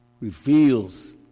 reveals